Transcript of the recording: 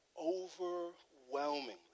Overwhelmingly